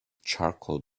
charcoal